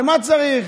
למה צריך?